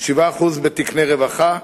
7% בתקני רווחה,